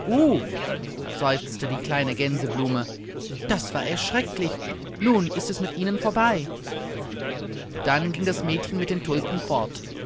seufzte die kleine gänseblume das war erschrecklich nun ist es mit ihnen vorbei dann ging das mädchen mit den tulpen fort